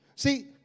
See